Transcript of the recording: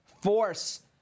force